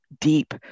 deep